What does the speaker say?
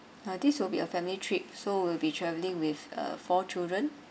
uh this will be a family trip so we'll be travelling with uh four children